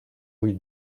rue